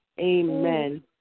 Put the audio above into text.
amen